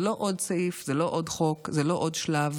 זה לא עוד סעיף, זה לא עוד חוק, זה לא עוד שלב.